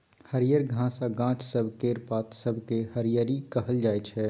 हरियर घास आ गाछ सब केर पात सबकेँ हरियरी कहल जाइ छै